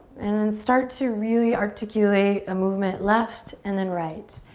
and then start to really articulate a movement left and then right,